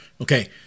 Okay